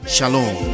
Shalom